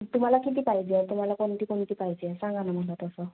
तुम्हाला किती पाहिजे आहे तुम्हाला कोणती कोणती पाहिजे आहे सांगा ना मला तसं